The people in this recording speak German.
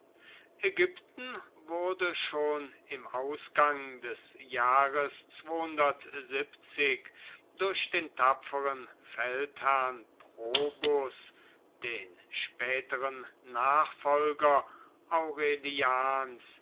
ägypten wurde schon im ausgang des jahres durch den tapferen feldherrn probus den späteren nachfolger